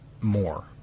more